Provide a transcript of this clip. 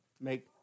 make